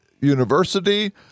University